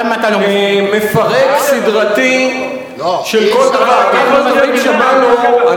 אני קורא אותך לסדר, חבר הכנסת אפללו.